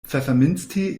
pfefferminztee